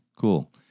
cool